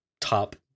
top